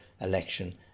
election